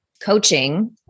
coaching